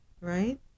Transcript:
Right